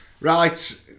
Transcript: Right